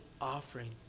offering